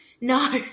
No